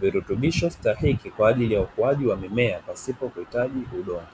virutubisho stahiki kwa ajili ya ukuaji wa mimiea pasipo kuitaji udongo.